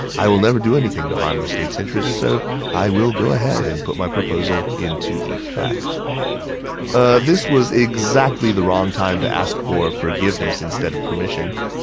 i will never do anything to harm the state's interest, so i will go ahead and put my proposal into effect uhh, this was exactly the wrong time to ask for forgiveness instead of permission.